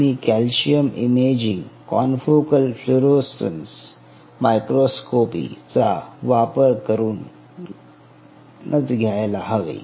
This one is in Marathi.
तुम्ही calcium imaging confocal fluorescence microscopy चा वापर करूनच करायला हवे